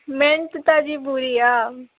ਮਿਹਨਤ ਤਾਂ ਜੀ ਪੂਰੀ ਆ